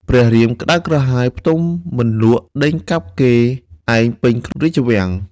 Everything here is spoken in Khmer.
ព្រះរាមក្តៅក្រហាយផ្ទុំមិនលក់ដេញកាប់គេឯងពេញក្នុងរាជវាំង។